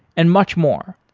and much more.